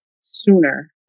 sooner